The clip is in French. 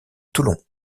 toulon